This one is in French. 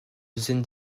deuxième